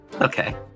Okay